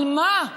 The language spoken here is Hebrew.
על מה?